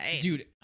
dude